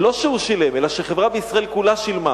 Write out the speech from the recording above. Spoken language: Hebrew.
לא שהוא שילם, אלא החברה בישראל כולה שילמה